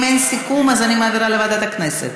אם אין סיכום, אני מעבירה לוועדת הכנסת.